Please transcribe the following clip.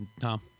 Tom